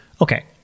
okay